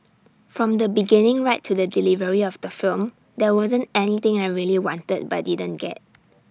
from the beginning right to the delivery of the film there wasn't anything I really wanted but didn't get